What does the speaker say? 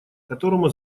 которому